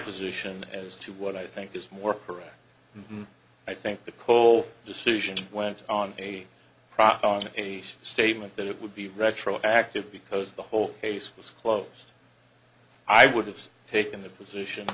position as to what i think is more correct i think the cole decision went on a proc on a statement that it would be retroactive because the whole case was closed i would have taken the position